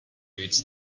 reads